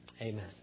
Amen